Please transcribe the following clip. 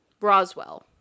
Roswell